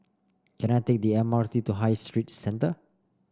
can I take the M R T to High Street Centre